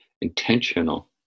intentional